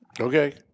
Okay